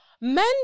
Men